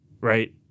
Right